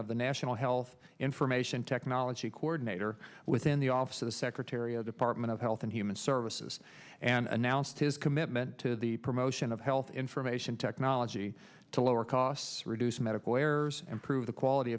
of the nash health information technology coordinator within the office of the secretary of department of health and human services and announced his commitment to the promotion of health information technology to lower costs reduce medical errors improve the quality